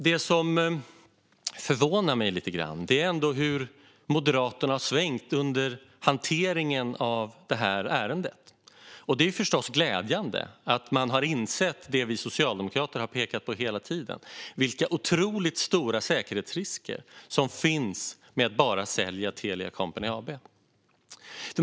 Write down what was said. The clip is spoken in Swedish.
Det som ändå förvånar mig lite grann är hur Moderaterna har svängt under hanteringen av detta ärende. Det är förstås glädjande att man har insett det vi socialdemokrater har pekat på hela tiden, nämligen vilka otroligt stora säkerhetsrisker det innebär att bara sälja Telia Company AB.